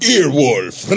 Earwolf